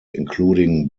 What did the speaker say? including